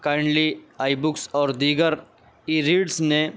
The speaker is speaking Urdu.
کائنڈل آئی بکس اور دیگر ای ریڈس نے